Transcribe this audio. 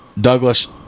Douglas